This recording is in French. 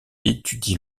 étudie